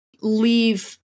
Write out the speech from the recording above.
leave